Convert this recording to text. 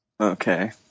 Okay